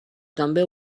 també